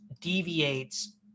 deviates